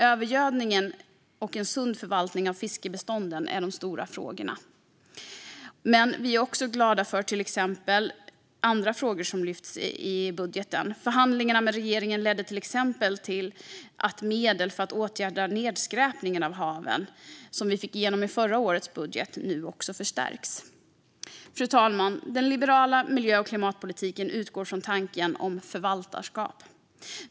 Övergödningen och en sund förvaltning av fiskbestånden är de stora frågorna. Men vi är också glada över andra frågor som lyfts i budgeten - förhandlingarna med regeringen ledde till exempel till att de medel för att åtgärda nedskräpningen av haven som vi fick igenom i förra årets budget nu förstärks. Fru talman! Den liberala miljö och klimatpolitiken utgår från tanken om förvaltarskap.